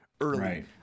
early